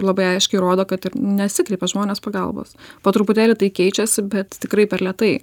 labai aiškiai rodo kad ir nesikreipia žmonės pagalbos po truputėlį tai keičiasi bet tikrai per lėtai